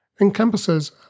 encompasses